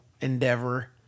endeavor